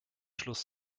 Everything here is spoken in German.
schluss